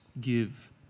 give